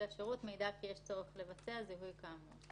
השירות מעידה כי יש צורך לבצע זיהוי כאמור."